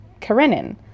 Karenin